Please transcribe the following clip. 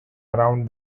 around